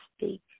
speak